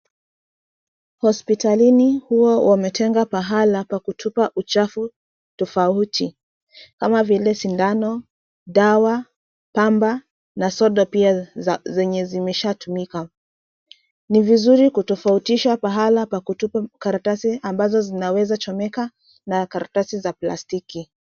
Hospitalini huo wametenga pahala pa kutupa uchafu tofauti kama vile sindano, dawa, pamba na soda pia zenye zimeshatumika. Ni vizuri kutofautisha pahala pa kutupa karatasi ambazo zinaweza chomeka na karatasi za plastiki.